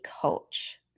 coach